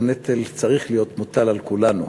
הנטל צריך להיות מוטל על כולנו.